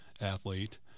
athlete